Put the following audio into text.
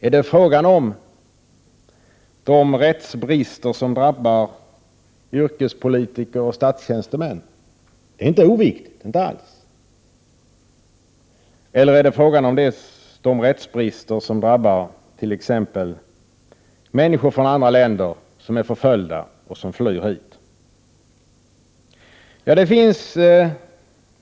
Är det fråga om de rättsbrister som drabbar yrkespolitiker och statstjänstemän? Det är inte alls oviktigt. Eller är det fråga om de rättsbrister som drabbar t.ex. förföljda människor från andra länder som flyr hit?